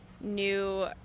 new